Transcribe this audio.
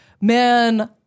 man